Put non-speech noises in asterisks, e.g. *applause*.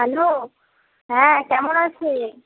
hello হ্যাঁ কেমন *unintelligible*